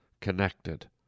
connected